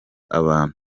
abantu